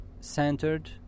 centered